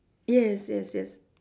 yes yes yes